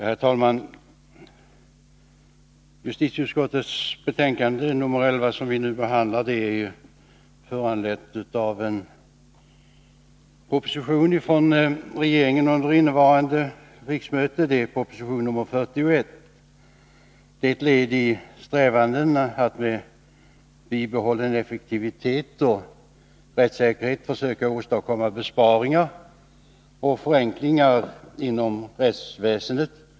Herr talman! Justitieutskottets betänkande nr 11 som vi nu behandlar är föranlett av proposition 41 under innevarande riksmöte. Det gäller ett led i strävanden att med bibehållen effektivitet och rättssäkerhet försöka åstadkomma besparingar och förenklingar inom rättsväsendet.